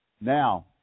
Now